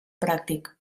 pràctic